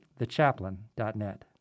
thechaplain.net